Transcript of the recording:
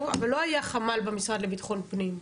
אבל לא היה חמ"ל במשרד לביטחון פנים.